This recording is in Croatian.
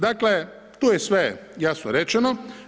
Dakle, tu je sve jasno rečeno.